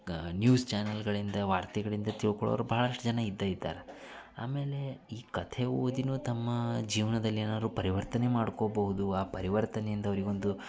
news ಚಾನೆಲ್ಗಳಿಂದ ವಾರ್ತೆಗಳಿಂದ ತಿಳ್ಕೊಳೋರು ಬಹಳಷ್ಟು ಜನ ಇದ್ದೇ ಇದ್ದಾರೆ ಆಮೇಲೆ ಈ ಕಥೆ ಓದಿಯೂ ತಮ್ಮ ಜೀವನದಲ್ಲಿ ಏನಾದ್ರು ಪರಿವರ್ತನೆ ಮಾಡ್ಕೋಬೌದು ಆ ಪರಿವರ್ತನೆಯಿಂದ ಅವರಿಗೊಂದು